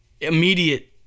immediate